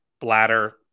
bladder